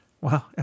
Wow